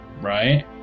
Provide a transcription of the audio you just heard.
right